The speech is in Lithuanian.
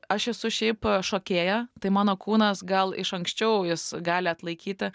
aš esu šiaip a šokėja tai mano kūnas gal iš anksčiau jis gali atlaikyti